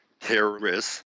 terrorists